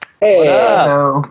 Hey